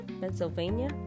Pennsylvania